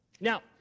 Now